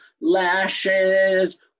lashes